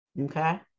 Okay